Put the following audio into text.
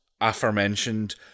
aforementioned